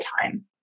time